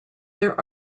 their